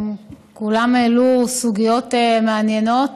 כולם העלו סוגיות מעניינות.